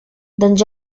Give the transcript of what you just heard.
doncs